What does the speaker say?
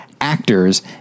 actors